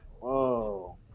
Whoa